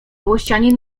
włościanin